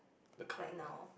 the current one